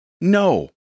no